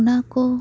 ᱚᱱᱟ ᱠᱚ